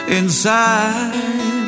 inside